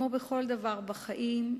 כמו בכל דבר בחיים,